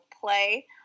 play